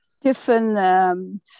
different